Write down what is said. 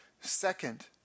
Second